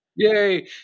Yay